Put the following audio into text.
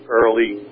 early